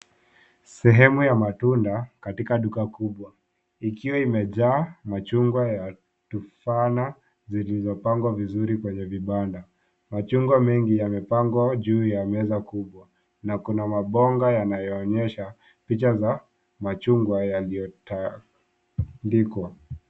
Sehemu ya matunda katika duka kubwa ikiwa imejaa machungwa yaliyotufaa zilizopangwa vizuri kwenye vibanda. Machungwa mengi yamepangwa juu ya meza kubwa na kuna mabonga yanayoonyesha picha za machungwa yaliyotandikwa.